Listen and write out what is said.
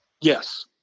Yes